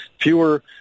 fewer